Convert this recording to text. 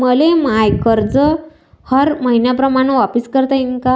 मले माय कर्ज हर मईन्याप्रमाणं वापिस करता येईन का?